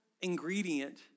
ingredient